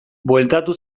bueltatu